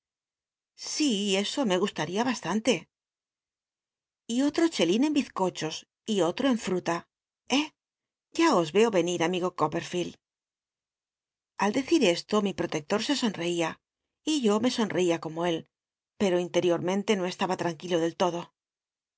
e o me gustal'ia bastante y otro chelín en bizcochos y otro en fruta eh ya os veo enir amigo copperfield al decir esto mi poteclor se onrcia s yo me sonreía como él pero interiormente no est tba lr rnquilo del lodo